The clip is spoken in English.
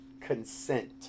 consent